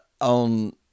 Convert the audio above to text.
on